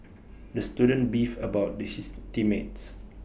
the student beefed about the his team mates